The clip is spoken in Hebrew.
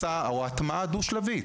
הטמעה דו שלבית.